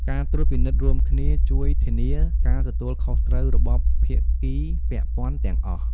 ការត្រួតពិនិត្យរួមគ្នាជួយធានាការទទួលខុសត្រូវរបស់ភាគីពាក់ព័ន្ធទាំងអស់។